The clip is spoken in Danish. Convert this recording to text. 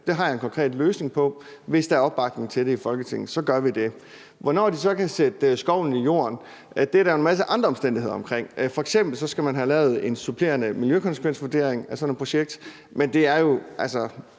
Det har jeg en konkret løsning på, og hvis der er opbakning til det i Folketinget, så gør vi det. Hvornår de så kan sætte skovlen i jorden, er der jo en masse andre omstændigheder, der afgør. F.eks. skal man have lavet en supplerende miljøkonsekvensvurdering af sådan et projekt, men det er jo